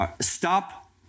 stop